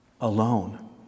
alone